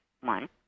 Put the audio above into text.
one